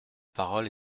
parole